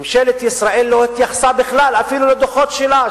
ממשלת ישראל לא התייחסה בכלל אפילו לדוחות שלה,